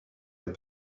est